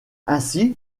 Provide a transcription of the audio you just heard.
ainsi